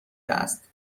است